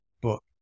book